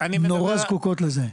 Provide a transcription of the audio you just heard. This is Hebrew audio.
והן נורא זקוקות לליווי הזה.